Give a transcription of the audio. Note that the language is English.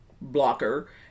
blocker